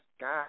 God